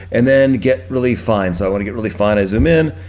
and then get really fine. so i wanna get really fine, i zoom in.